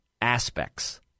aspects